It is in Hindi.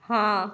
हाँ